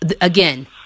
again